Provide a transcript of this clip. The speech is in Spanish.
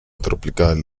tropical